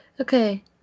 Okay